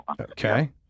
Okay